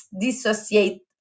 dissociate